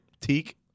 teak